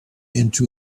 into